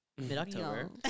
mid-october